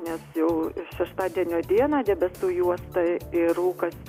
nes jau šeštadienio dieną debesų juosta ir rūkas